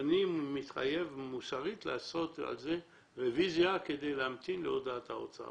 אני מתחייב מוסרית לעשות על זה רביזיה כדי להמתין להודעת האוצר.